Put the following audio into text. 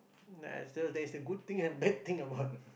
ah so there is a good thing and bad thing about